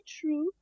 true